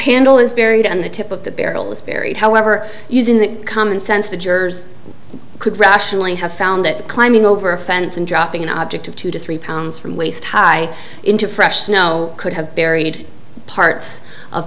handle is buried and the tip of the barrel is buried however using the common sense the jurors could rationally have found that climbing over a fence and dropping an object of two to three pounds from waist high into fresh snow could have buried parts of